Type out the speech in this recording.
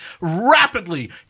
rapidly